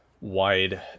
wide